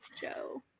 Joe